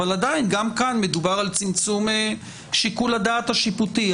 אבל גם כאן מדובר על צמצום שיקול הדעת השיפוטי.